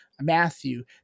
Matthew